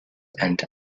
and